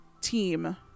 team